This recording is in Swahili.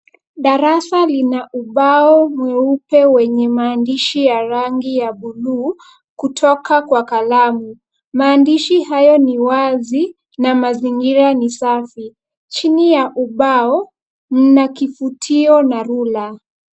Ubao ni wa rangi nyeupe wenye maandishi ya yangi ya bluu kutoka kwa kalamu. Maandishi hayo ni wazi, na mazingira ni safi. Chini ya ubao kuna kivutio na rula.